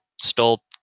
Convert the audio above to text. stole